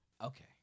Okay